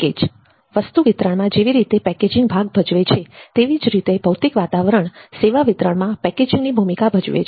package વસ્તુ વિતરણમાં જેવી રીતે પેકેજીંગ ભાગ ભજવે છે તેવી જ રીતે ભૌતિક વાતાવરણ સેવા વિતરણમાં પેકેજીંગની ભૂમિકા ભજવે છે